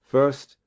First